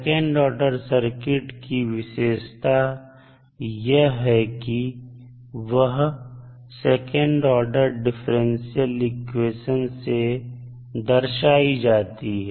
second order circuit की विशेषता यह है कि वह सेकंड ऑर्डर डिफरेंशियल इक्वेशन से दर्शाई जाती है